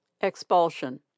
Expulsion